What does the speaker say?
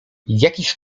jakiś